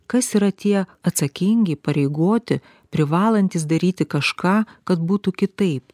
kas yra tie atsakingi įpareigoti privalantys daryti kažką kad būtų kitaip